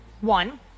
One